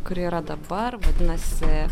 kuri yra dabar vadinasi